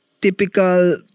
typical